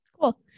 Cool